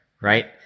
Right